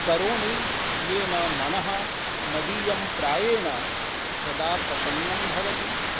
करोमि येन मनः मदीयं प्रायेण सदा प्रसन्नं भवति